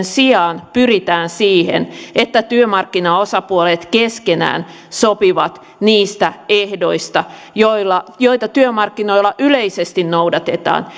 sijaan pyritään siihen että työmarkkinaosapuolet keskenään sopivat niistä ehdoista joita työmarkkinoilla yleisesti noudatetaan